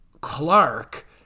Clark